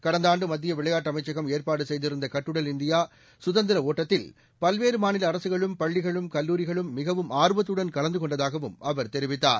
கடந்த ஆண்டு மத்திய விளையாட்டு அமைச்சகம் ஏற்பாடு செய்திருந்த கட்டுடல் இந்தியா சுதந்திர ஒட்டத்தில் பல்வேறு மாநில அரசுகளும் பள்ளிகளும் கல்லூரிகளும் மிகவும் ஆர்வத்துடன் கலந்து கொண்டதாகவும் அவர் தெரிவித்தார்